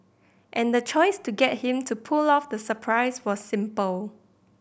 and the choice to get him to pull off the surprise was simple